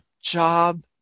job